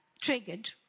triggered